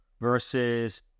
versus